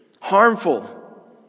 harmful